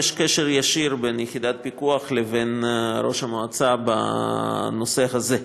יש קשר ישיר בין יחידת הפיקוח לבין ראש המועצה בנושא הזה.